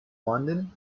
london